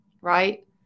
right